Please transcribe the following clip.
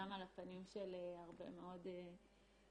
גם על הפנים של הרבה מאוד מכם.